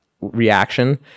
reaction